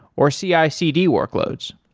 or cicd workloads